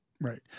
Right